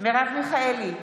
מרב מיכאלי,